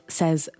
says